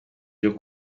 cyo